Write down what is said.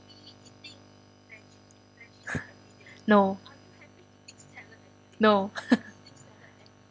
no no